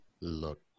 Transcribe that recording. Look